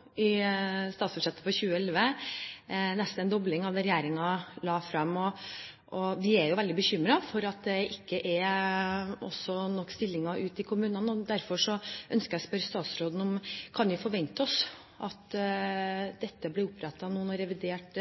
i forbindelse med statsbudsjettet for 2011 nesten en dobling i forhold til det regjeringen la frem, og vi er veldig bekymret for at det heller ikke er nok stillinger ute i kommunene. Derfor ønsker jeg å spørre statsråden om vi kan forvente at dette blir rettet opp når revidert